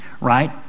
Right